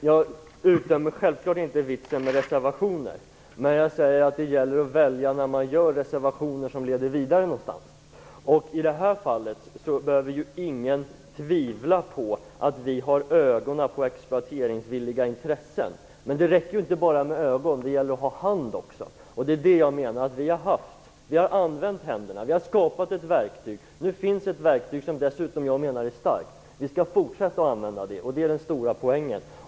Herr talman! Jag utdömer självfallet inte förekomsten av reservationer. Men jag säger att det gäller att välja vad man reserverar sig för, att avge reservationer som leder vidare. Ingen behöver tvivla på att vi har ögonen på exploateringsvilliga intressen. Men det räcker ju inte med ögon. Det gäller att ha hand också. Det menar jag att vi har haft. Vi har använt händerna - vi har skapat ett verktyg. Nu finns det ett verktyg, som jag dessutom menar är starkt. Vi skall fortsätta att använda det - det är den stora poängen.